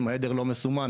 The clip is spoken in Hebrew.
אם העדר לא מסומן,